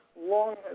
Long